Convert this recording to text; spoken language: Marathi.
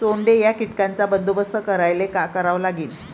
सोंडे या कीटकांचा बंदोबस्त करायले का करावं लागीन?